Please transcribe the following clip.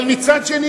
אבל מצד שני,